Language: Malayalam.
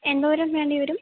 എന്തോരം വേണ്ടിവരും